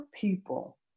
people